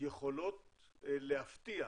יכולות להפתיע